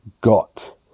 got